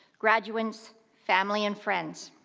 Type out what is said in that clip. graduands, family and friends.